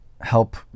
help